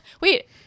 Wait